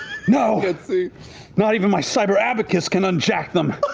no. not even my cyber abacus can unjack them.